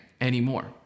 anymore